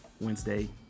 Wednesday